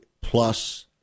plus